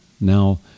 Now